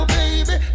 baby